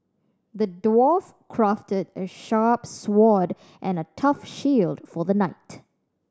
the dwarf crafted a sharp sword and a tough shield for the knight